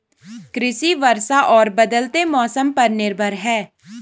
कृषि वर्षा और बदलते मौसम पर निर्भर है